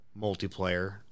multiplayer